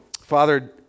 Father